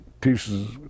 pieces